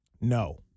No